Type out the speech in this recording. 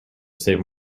save